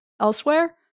elsewhere